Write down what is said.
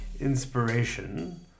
Inspiration